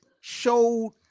showed